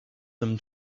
them